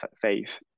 faith